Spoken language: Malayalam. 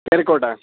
കയറിക്കോട്ടേ